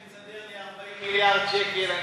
אם תסדר לי 40 מיליארד שקל,